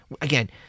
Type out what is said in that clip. Again